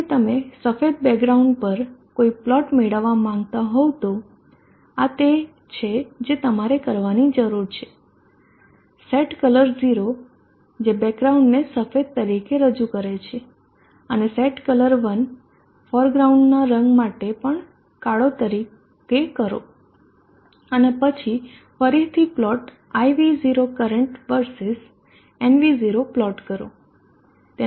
હવે તમે સફેદ બેકગ્રાઉન્ડ પર કોઈ પ્લોટ મેળવવા માંગતા હોવ તો આ તે છે જે તમારે કરવાની જરૂર છે સેટ કલર ઝીરો જે બેકગ્રાઉન્ડને સફેદ તરીકે રજૂ કરે છે અને સેટ કલર 1 ફોરગ્રાઉન્ડનો રંગ માટે પણ કાળો તરીકે કરો અને પછી ફરીથી plot I V0 current versus nv0 plot કરો